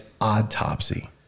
autopsy